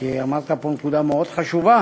כי ציינת פה נקודה מאוד חשובה